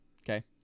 Okay